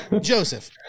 Joseph